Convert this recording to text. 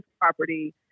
property